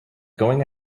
going